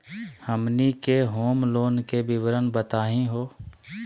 हमनी के home loan के विवरण बताही हो?